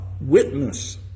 witness